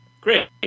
great